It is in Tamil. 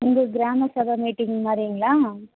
உங்கள் கிராம சபை மீட்டிங் மாதிரிங்களா